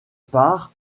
pare